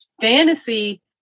fantasy